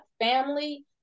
family